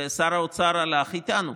ושר האוצר הלך איתנו,